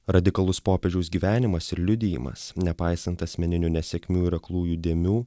radikalus popiežiaus gyvenimas ir liudijimas nepaisant asmeninių nesėkmių ir aklųjų dėmių